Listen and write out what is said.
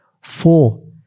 Four